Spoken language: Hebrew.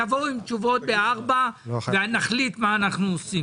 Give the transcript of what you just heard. תבואו עם תשובות בשעה 16:00 ונחליט מה אנחנו עושים.